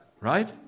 right